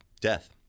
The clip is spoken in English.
death